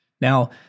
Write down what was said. Now